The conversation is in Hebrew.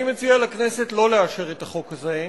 אני מציע לכנסת לא לאשר את החוק הזה,